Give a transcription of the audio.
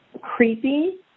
creepy